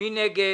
מי נגד?